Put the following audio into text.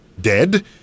dead